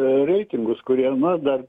reitingus kurie na dar